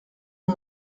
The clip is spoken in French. ont